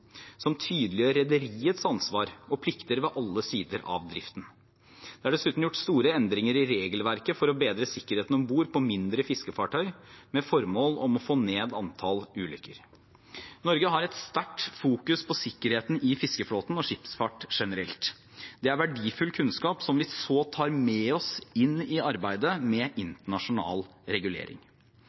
som tydeliggjør rederiets ansvar og plikter ved alle sider av driften. Det er dessuten gjort store endringer i regelverket for å bedre sikkerheten om bord på mindre fiskefartøy, med det formål å få ned antall ulykker. Norge har et sterkt fokus på sikkerheten i fiskeflåten og skipsfart generelt. Det er verdifull kunnskap som vi så tar med oss inn i arbeidet med internasjonal regulering.